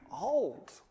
old